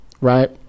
right